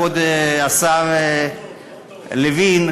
כבוד השר לוין,